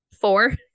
four